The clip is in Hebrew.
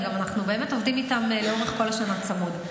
ואנחנו גם עובדים איתם לאורך כל השנה צמוד.